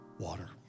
Water